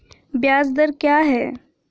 ब्याज दर क्या है?